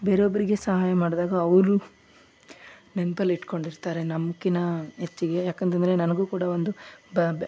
ಬೇರೊಬ್ಬರಿಗೆ ಸಹಾಯ ಮಾಡಿದಾಗ ಅವರು ನೆನ್ಪಲ್ಲಿ ಇಟ್ಕೊಂಡಿರ್ತಾರೆ ನಮ್ಕಿನ್ನ ಹೆಚ್ಚಿಗೆ ಯಾಕಂತಂದರೆ ನನಗೂ ಕೂಡ ಒಂದು ಬ ಬ